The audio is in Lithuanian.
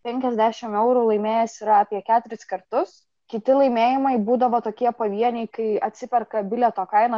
penkiasdešim eurų laimėjęs yra apie keturis kartus kiti laimėjimai būdavo tokie pavieniai kai atsiperka bilieto kaina